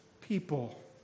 people